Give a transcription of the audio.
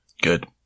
Good